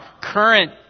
current